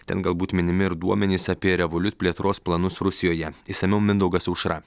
ten galbūt minimi ir duomenys apie revoliut plėtros planus rusijoje išsamiau mindaugas aušra